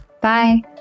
Bye